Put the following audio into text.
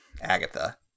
Agatha